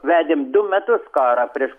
vedėm du metus karą prieš